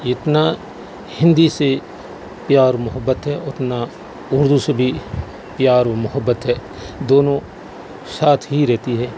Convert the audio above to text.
جتنا ہندی سے پیار محبت ہے اتنا اردو سے بھی پیار اور محبت ہے دونوں ساتھ ہی رہتی ہے